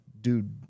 dude